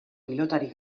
pilotari